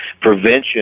Prevention